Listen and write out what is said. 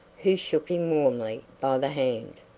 who shook him warmly by the hand.